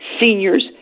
seniors